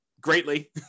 greatly